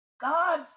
God